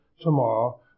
tomorrow